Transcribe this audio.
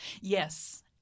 Yes